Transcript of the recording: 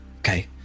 Okay